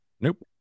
nope